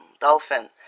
dolphin